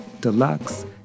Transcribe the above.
Deluxe